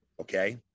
okay